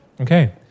Okay